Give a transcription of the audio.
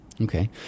Okay